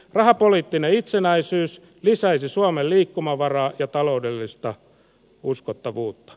rahapoliittinen itsenäisyys lisäisi suomen liikkumavaraa ja taloudellista uskottavuutta